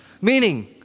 meaning